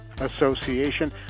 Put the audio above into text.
Association